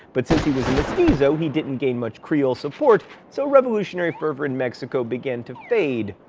but since he was a mestizo, he didn't gain much creole support so revolutionary fervor in mexico began to fade.